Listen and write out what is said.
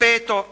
Peto,